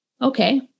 Okay